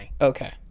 Okay